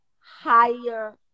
higher